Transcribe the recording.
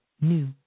new